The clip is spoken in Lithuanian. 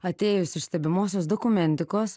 atėjus iš stebimosios dokumentikos